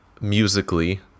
musically